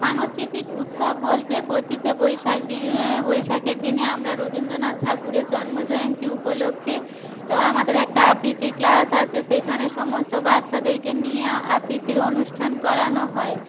সাংস্কৃতিক উৎসব বলতে পঁচিশে বৈশাখ বৈশাখের দিনে আমরা রবীন্দ্রনাথ ঠাকুরের জন্মজয়ন্তী উপলক্ষ্যে তো আমাদের একটা আবৃত্তির ক্লাস আছে সেইখানে সমস্ত বাচ্ছাদেরকে নিয়ে আবৃত্তির অনুষ্ঠান করানো হয়